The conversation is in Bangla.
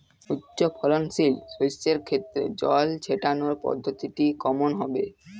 উচ্চফলনশীল শস্যের ক্ষেত্রে জল ছেটানোর পদ্ধতিটি কমন হবে?